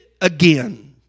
again